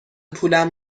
پولم